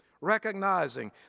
Recognizing